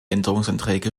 änderungsanträge